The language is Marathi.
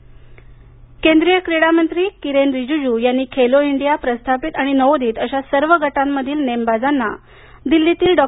रीजीज् केंद्रीय क्रीडा मंत्री किरेन रीजीजू यांनी खेलो इंडिया प्रस्थापित आणि नवोदित अशा सर्व गटांमधील नेमबाजांना दिल्लीतील डॉ